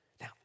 Now